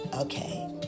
Okay